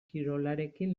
kirolarekin